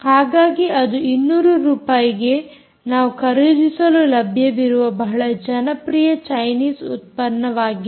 ಹಾಗಾಗಿ ಅದು 200 ರೂಪಾಯಿಗೆ ನಾವು ಖರೀದಿಸಲು ಲಭ್ಯವಿರುವ ಬಹಳ ಜನಪ್ರಿಯ ಚೈನೀಸ್ ಉತ್ಪನ್ನವಾಗಿದೆ